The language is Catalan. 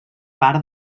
part